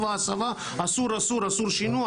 על איסור שינוע,